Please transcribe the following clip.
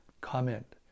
comment